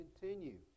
continue